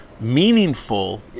meaningful